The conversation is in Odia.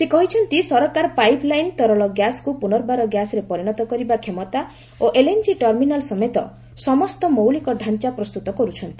ସେ କହିଛନ୍ତି ସରକାର ପାଇପ୍ ଲାଇନ୍ ତରଳ ଗ୍ୟାସ୍କୁ ପୁନର୍ବାର ଗ୍ୟାସ୍ରେ ପରିଣତ କରିବା କ୍ଷମତା ଓ ଏଲ୍ଏନ୍ଜି ଟର୍ମିନାଲ୍ ସମେତ ସମସ୍ତ ମୌଳିକ ଢାଞ୍ଚା ପ୍ରସ୍ତୁତ କରୁଛନ୍ତି